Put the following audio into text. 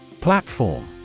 Platform